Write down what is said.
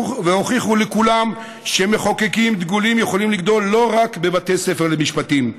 והוכיחו לכולם שמחוקקים דגולים יכולים לגדול לא רק בבתי ספר למשפטים.